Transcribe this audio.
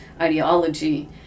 ideology